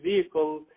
vehicle